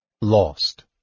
Lost